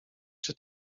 czy